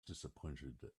disappointed